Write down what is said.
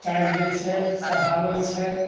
tyre दै छै चढ़ाबैत छै